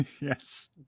Yes